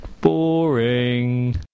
boring